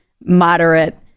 moderate